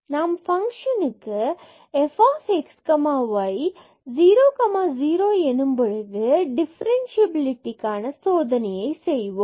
நாம் ஃபங்ஷனுக்கு f x y க்கு x y 0 எனும் போது டிஃபரன்சியபிலிடியை சோதனை செய்வோம்